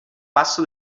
passo